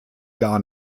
gar